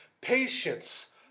patience